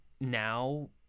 now